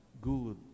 good